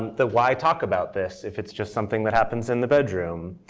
the why talk about this, if it's just something that happens in the bedroom?